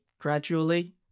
gradually